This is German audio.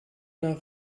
nach